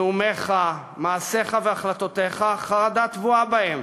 נאומיך, מעשיך והחלטותיך, חרדה טבועה בהם.